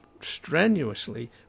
strenuously